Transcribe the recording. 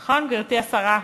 נכון, גברתי השרה?